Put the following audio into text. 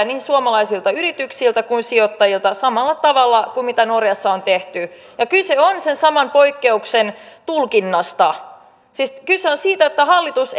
niin suomalaisilta yrityksiltä kuin sijoittajilta samalla tavalla kuin mitä norjassa on tehty ja kyse on sen saman poikkeuksen tulkinnasta siis kyse on siitä että hallitus